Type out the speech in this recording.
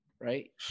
right